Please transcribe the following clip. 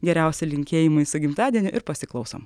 geriausi linkėjimai su gimtadieniu ir pasiklausom